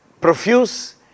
profuse